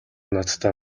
надтай